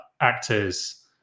actors